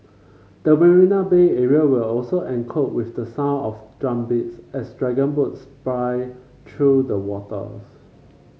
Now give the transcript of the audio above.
the Marina Bay area will also echo with the sound of drumbeats as dragon boats splice through the waters